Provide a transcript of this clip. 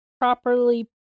properly